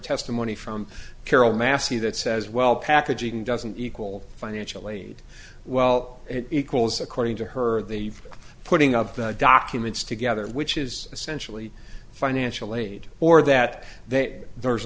testimony from carol massey that says well packaging doesn't equal financial aid well it calls according to her the putting of the documents together which is essentially financial aid or that that there